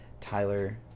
tyler